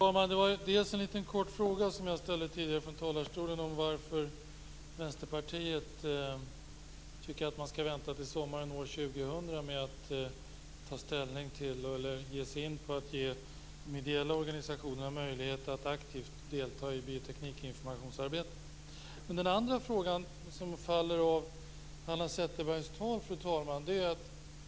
Fru talman! Jag ställde en fråga tidigare från talarstolen om varför Vänsterpartiet tycker att man skall vänta till sommaren år 2000 med att ge sig in på ge miljöorganisationerna möjlighet att aktivt delta i bioteknikinformationsarbetet. Den andra frågan följer av Hanna Zetterbergs anförande, fru talman.